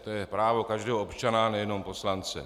To je právo každého občana, nejenom poslance.